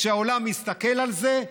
כשהעולם מסתכל על זה,